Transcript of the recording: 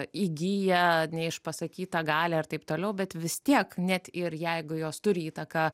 įgyja neišpasakytą galią ir taip toliau bet vis tiek net ir jeigu jos turi įtaką